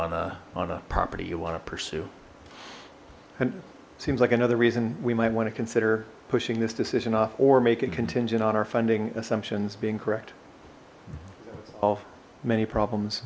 on a on a property you want to pursue and seems like another reason we might want to consider pushing this decision off or make it contingent on our funding assumptions being correct of many problems